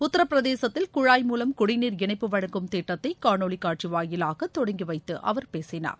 உத்தரபிரதேசத்தில் குழாய் மூலம் குடிநீர் இணைப்பு வழங்கும் திட்டத்தை காணொளி காட்சி வாயிலாக தொடங்கி வைத்து அவர் பேசினார்